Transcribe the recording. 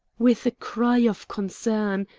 with a cry of concern,